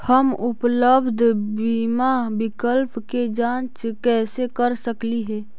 हम उपलब्ध बीमा विकल्प के जांच कैसे कर सकली हे?